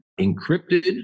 encrypted